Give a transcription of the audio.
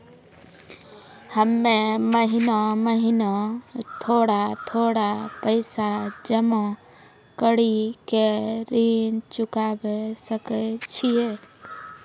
हम्मे महीना महीना थोड़ा थोड़ा पैसा जमा कड़ी के ऋण चुकाबै सकय छियै?